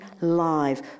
live